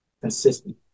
consistent